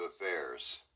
affairs